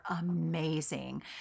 amazing